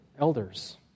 elders